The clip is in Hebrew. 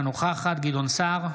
אינה נוכחת גדעון סער,